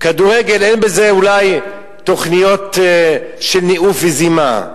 כדורגל אין בזה, אולי, תוכניות של ניאוף וזימה.